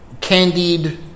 candied